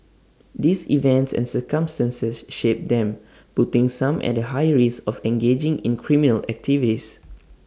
these events and circumstances shape them putting some at A higher risk of engaging in criminal activities